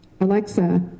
Alexa